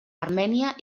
armènia